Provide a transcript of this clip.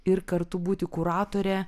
ir kartu būti kuratore